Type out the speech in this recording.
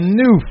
new